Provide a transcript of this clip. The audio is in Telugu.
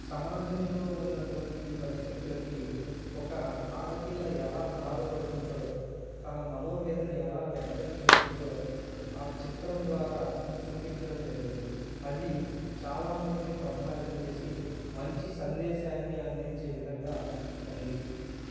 సమాజంలో ఉన్నటువంటి పరిస్థితులకి ఒక ఆడపిల్ల ఎలా బాధపడుతుందో తన మనో వ్యథని ఎలా వ్యక్తం చేస్తుందో ఆ చిత్రం ద్వారా చూపించడం జరిగింది అది చాలామందిని ప్రభావితం చేసి మంచి సందేశాన్ని అందించే విధంగా ఉంది